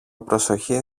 προσοχή